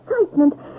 excitement